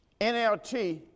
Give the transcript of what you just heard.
NLT